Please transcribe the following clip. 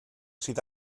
sydd